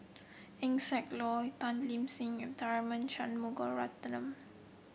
Eng Siak Loy Tan Lip Seng and Tharman Shanmugaratnam